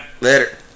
Later